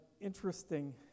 interesting